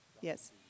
yes